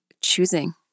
choosing